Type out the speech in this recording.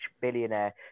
billionaire